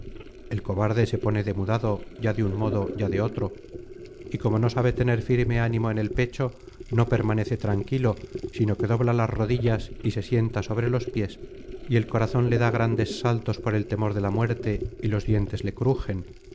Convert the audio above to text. el cobarde se pone demudado ya de un modo ya de otro y como no sabe tener firme ánimo en el pecho no permanece tranquilo sino que dobla las rodillas y se sienta sobre los pies y el corazón le da grandes saltos por el temor de la muerte y los dientes le crujen